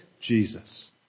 Jesus